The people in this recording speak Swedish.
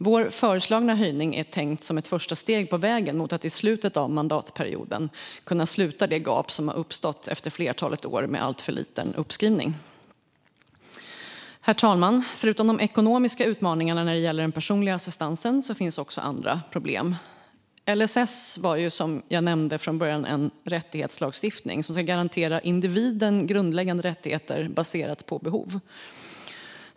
Vår föreslagna höjning är tänkt som ett första steg på vägen mot att i slutet av mandatperioden kunna sluta det gap som har uppstått efter ett flertal år med alltför liten uppskrivning. Herr talman! Förutom de ekonomiska utmaningarna finns också andra problem när det gäller den personliga assistansen. LSS var, som jag nämnde, från början en rättighetslagstiftning som skulle garantera individen grundläggande rättigheter baserat på behov.